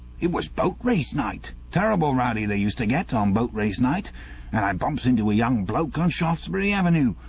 it was boat race night terribly rowdy they used to get on um boat race night and i bumps into a young bloke on shaftesbury avenue.